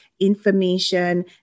information